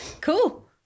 cool